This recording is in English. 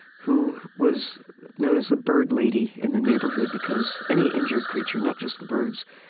who was known as the bird lady in the neighborhood, because any injured creature, not just the birds,